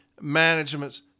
management's